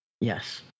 Yes